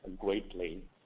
greatly